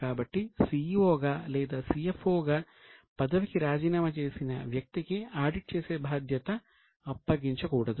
కాబట్టి CEOగా లేదా CFOగా పదవికి రాజీనామా చేసిన వ్యక్తికి ఆడిట్ చేసే బాధ్యత అప్పగించకూడదు